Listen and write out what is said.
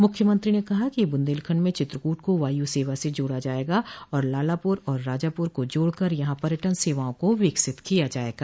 मुख्यमंत्री ने कहा कि बुन्देलखंड में चित्रकूट को वायु सेवा से जोड़ा जायेगा और लालापुर और राजापुर को जोड़कर यहां पर्यटन सेवाओं को विकसित किया जायेगा